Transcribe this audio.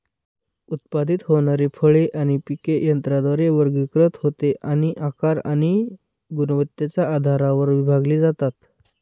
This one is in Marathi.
उत्पादित होणारी फळे आणि पिके यंत्राद्वारे वर्गीकृत होते आणि आकार आणि गुणवत्तेच्या आधारावर विभागली जातात